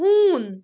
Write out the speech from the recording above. ہوٗن